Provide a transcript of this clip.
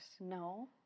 No